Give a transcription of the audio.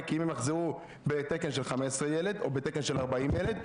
כי אם הם יחזרו בתקן של 15 ילד או בתקן של 40 ילד,